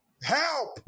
Help